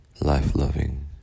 life-loving